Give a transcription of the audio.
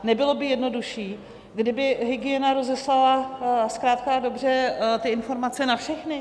Nebylo by jednodušší, kdyby hygiena rozeslala zkrátka a dobře ty informace na všechny?